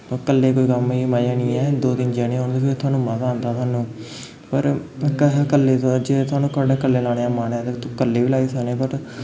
कल्ले कोई कम्म गी मजा निं ऐ दो तिन्न जनें होन ते कोई थुहानूं मजा औंदा थुहानूं पर कहें कल्ले जे थुहानूं कल्ले लाने दा मन ऐ ते तुस कल्ले बी लाई सकनें बट